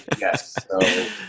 yes